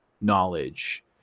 knowledge